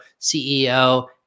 CEO